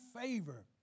favor